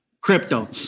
crypto